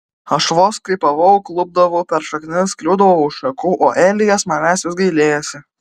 aš vos krypavau klupdavau per šaknis kliūdavau už šakų o elijas manęs vis gailėjosi